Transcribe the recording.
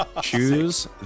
Choose